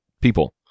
people